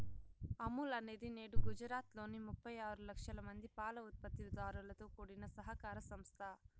అమూల్ అనేది నేడు గుజరాత్ లోని ముప్పై ఆరు లక్షల మంది పాల ఉత్పత్తి దారులతో కూడిన సహకార సంస్థ